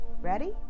Ready